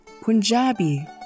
Punjabi